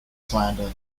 slander